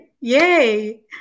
Yay